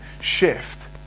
shift